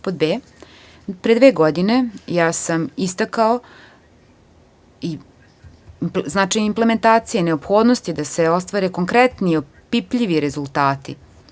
Pod b) - Pre dve godine sam istakao značaj implementacije, neophodnosti da se ostvare konkretni, opipljivi rezultati.